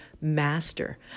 Master